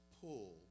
pull